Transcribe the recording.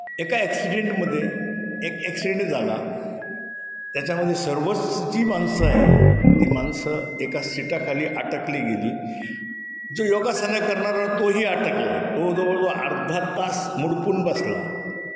एका ॲक्सिडेंटमध्ये एक ॲक्सिडेंट झाला त्याच्यामध्ये सर्वच जी माणसं आहे ती माणसं एका सीटाखाली अडकली गेली जो योगासनं करणारा तोही अडकला तो जवळजवळ अर्धा तास मुडपून बसला